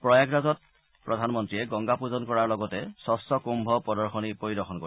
প্ৰয়াগৰাজত প্ৰধানমন্ত্ৰীয়ে গংগা পূজন কৰাৰ লগতে স্বচ্ছ কুম্ভ প্ৰদশনী পৰিদৰ্শন কৰিব